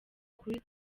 kuri